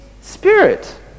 spirit